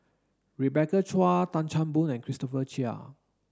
Rebecca Chua Tan Chan Boon and Christopher Chia